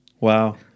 Wow